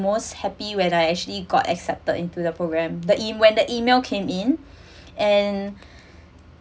most happy when I actually got accepted into the programme the e~ when the email came in and